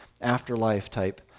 afterlife-type